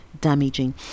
damaging